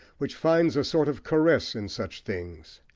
which finds a sort of caress in such things.